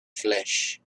flesh